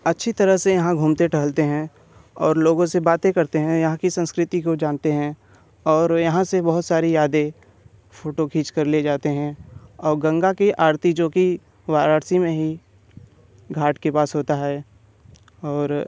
अच्छी तरह से यहाँ घूमते टहेलते हैं और लोगों से बातें करते हैं यहाँ की संस्कृति को जानते हैं और वो यहाँ से बहुत सारी यादें फ़ोटो खींचकर ले जाते हैं और गंगा की आरती जो कि वाराणसी में ही घाट के पास होती है और